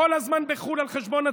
כל הזמן בחו"ל על חשבון הציבור.